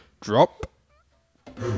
Drop